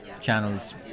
channels